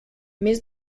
més